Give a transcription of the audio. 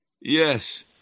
Yes